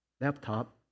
laptop